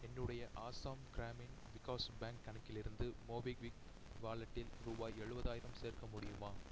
என்னுடைய ஆசாம் க்ராமின் விகாஷ் பேங்க் கணக்கிலிருந்து மோபிக்விக் வாலெட்டில் ரூபாய் எழுபதாயிரம் சேர்க்க முடியுமா